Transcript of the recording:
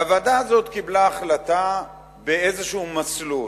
הוועדה הזאת קיבלה החלטה באיזה מסלול.